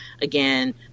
again